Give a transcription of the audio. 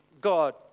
God